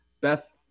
Beth